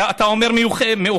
אתה אומר מאוחדת.